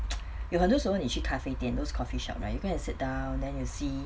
有很多时候你去咖啡店 those coffee shop right you go and sit down then you see